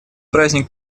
праздник